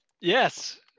Yes